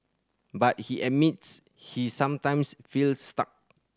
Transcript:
but he admits he sometimes feels stuck